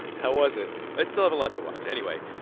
how was it? i still have a lot to watch. anyway,